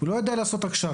הוא לא יודע לעשות הכשרות,